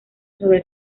sobre